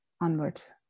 onwards